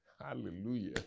hallelujah